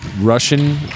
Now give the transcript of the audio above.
Russian